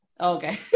Okay